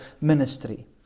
ministry